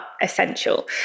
essential